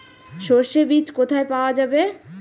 সর্ষে বিজ কোথায় পাওয়া যাবে?